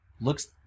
looks